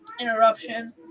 interruption